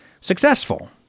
successful